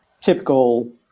typical